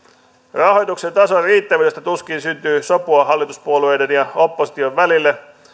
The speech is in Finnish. rahoituksen tason riittävyydestä tuskin syntyy sopua hallituspuolueiden ja opposition välille